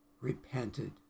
repented